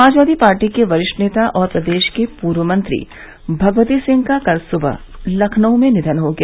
Samajwadi Party के वरिष्ठ नेता और प्रदेश के पूर्व मंत्री भगवती सिंह का कल सुबह लखनऊ में निधन हो गया